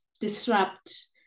disrupt